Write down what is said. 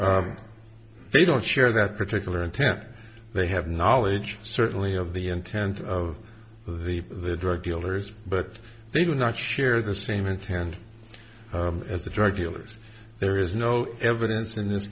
charged they don't share that particular intent they have knowledge certainly of the intent of the the drug dealers but they do not share the same intend as the drug dealers there is no evidence in this